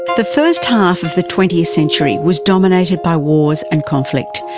the first half of the twentieth century was dominated by wars and conflict,